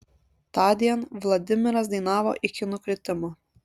tądien vladimiras dainavo iki nukritimo